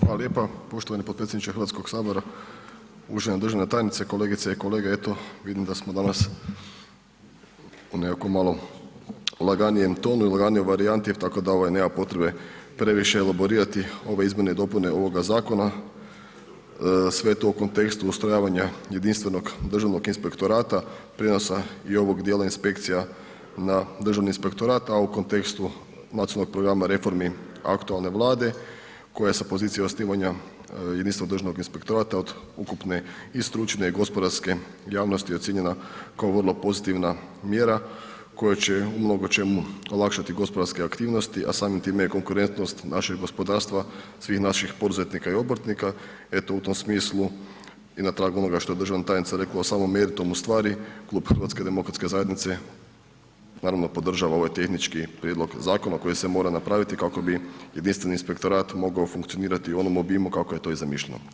Hvala lijepa poštovani potpredsjedniče HS, uvažena državna tajnice, kolegice i kolege, eto vidim da smo danas u nekako malo laganijem tonu i laganijoj varijanti tako da nema potrebe previše elaborirati ove izmjene i dopune ovoga zakona, sve to u kontekstu ustrojavanja Jedinstvenog državnog inspektorata, prijenosa i ovog dijela inspekcija na Državni inspektorat, a u kontekstu nacionalnog programa reformi aktualne Vlade koja sa pozicije osnivanja Jedinstvenog državnog inspektorata od ukupne i stručne i gospodarske javnosti ocijenjena kao vrlo pozitivna mjera koja će u mnogo čemu olakšati gospodarske aktivnosti, a samim time i konkurentnost našeg gospodarstva svih naših poduzetnika i obrtnika, eto u tom smislu i na tragu onoga što je državna tajnica rekla o samom meritumu stvari, Klub HDZ naravno podržava ovaj tehnički prijedlog zakona koji se mora napraviti kako bi jedinstveni inspektorat mogao funkcionirati u onom obimu kako je to i zamišljeno.